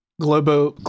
Globo